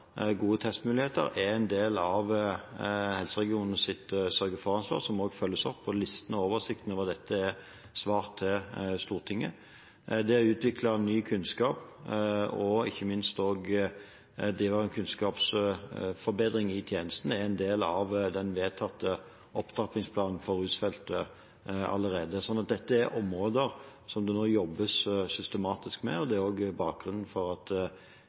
en del av helseregionenes sørge-for-ansvar, som også følges opp, og listene og oversiktene over dette er et svar til Stortinget. Å utvikle ny kunnskap og ikke minst å drive en kunnskapsforbedring i tjenesten er allerede en del av den vedtatte opptrappingsplanen for rusfeltet. Så dette er områder som det nå jobbes systematisk med, og det er også bakgrunnen for at